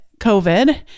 COVID